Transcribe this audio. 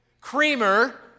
creamer